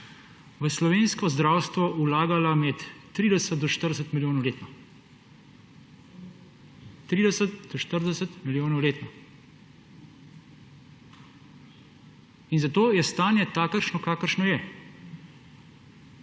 v slovensko zdravstvo vlagala 30 do 40 milijonov letno. 30 do 40 milijonov letno in zato je stanje takšno, kakršno je.